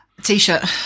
T-shirt